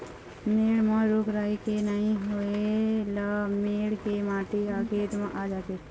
मेड़ म रूख राई के नइ होए ल मेड़ के माटी ह खेत म आ जाथे